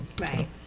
Right